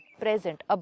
Present